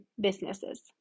businesses